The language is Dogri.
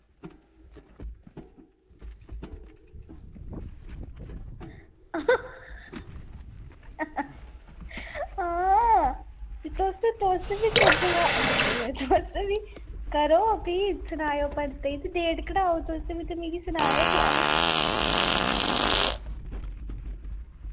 आं तुस बी करदे रवा तुस बी करो भी ते सनायो पंतै ई ते भी मिगी सनायो अंऊ